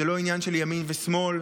זה לא עניין של ימין ושמאל,